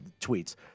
tweets